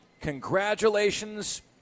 Congratulations